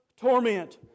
torment